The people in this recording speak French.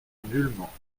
nullement